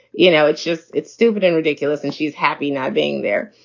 you know, it's just it's stupid and ridiculous and she's happy not being there.